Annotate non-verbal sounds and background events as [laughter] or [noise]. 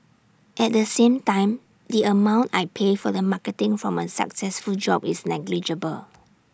at the same time the amount I pay for the marketing from A successful job is negligible [noise]